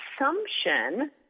assumption